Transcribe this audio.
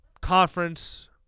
conference